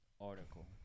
article